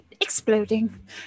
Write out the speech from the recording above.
exploding